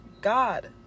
God